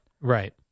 Right